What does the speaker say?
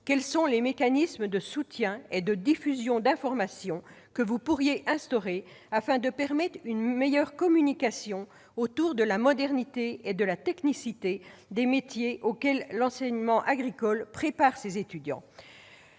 quels mécanismes de soutien et de diffusion de l'information pourriez-vous mettre en oeuvre, afin de favoriser une meilleure communication autour de la modernité et de la technicité des métiers auxquels l'enseignement agricole prépare ces étudiants ?